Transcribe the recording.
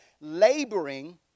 laboring